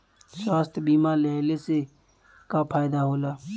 स्वास्थ्य बीमा लेहले से का फायदा होला?